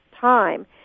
time